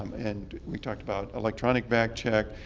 and we talked about electronic back check.